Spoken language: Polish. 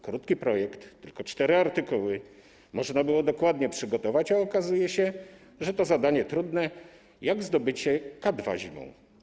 Krótki projekt, tylko cztery artykuły, można było go dokładnie przygotować, a okazuje się, że to zadanie trudne jak zdobycie K2 zimą.